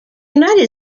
united